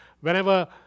Whenever